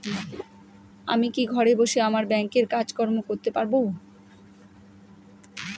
আমি কি ঘরে বসে আমার ব্যাংকের কাজকর্ম করতে পারব?